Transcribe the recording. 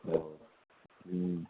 ఓహ్